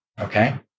okay